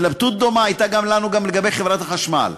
התלבטות דומה הייתה לנו גם לגבי חברת החשמל.